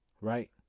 Right